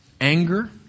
Anger